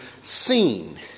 seen